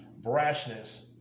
brashness